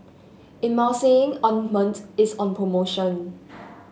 Emulsying Ointment is on promotion